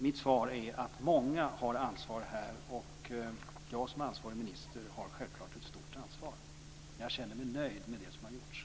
Mitt svar är att många har ansvar här, och jag som ansvarig minister har självklart ett stort ansvar. Men jag känner mig nöjd med det som har gjorts.